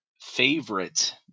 favorite